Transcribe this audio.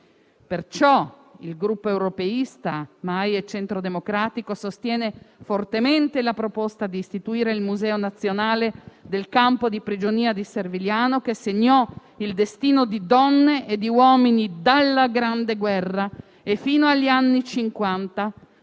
perciò, il gruppo europeista Europeisti-MAIE-Centro Democratico sostiene fortemente la proposta di istituire il Museo nazionale del campo di prigionia di Servigliano che segnò il destino di donne e di uomini dalla Grande guerra e fino agli anni Cinquanta,